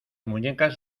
muñecas